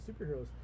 superheroes